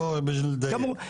בוא, בשביל לדייק.